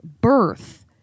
birth